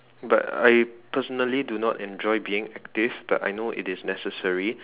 but I personally do not enjoy being active but I know it is necessary